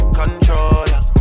controller